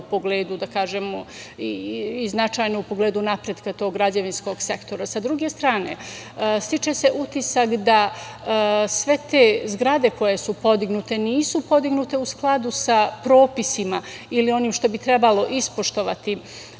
i značajno u pogledu napretka tog građevinskog sektora. Sa druge strane, stiče se utisak da sve te zgrade koje su podignute nisu podignute u skladu sa propisima ili onim što bi trebalo ispoštovati